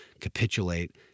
capitulate